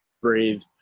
breathe